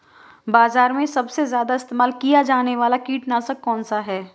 बाज़ार में सबसे ज़्यादा इस्तेमाल किया जाने वाला कीटनाशक कौनसा है?